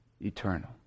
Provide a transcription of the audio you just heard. eternal